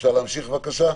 אפשר להמשיך, בבקשה?